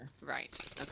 Right